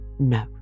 No